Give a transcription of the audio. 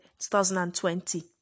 2020